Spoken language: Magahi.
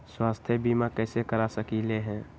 स्वाथ्य बीमा कैसे करा सकीले है?